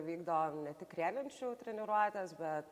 vykdom ne tik riedlenčių treniruotes bet